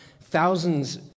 thousands